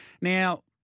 Now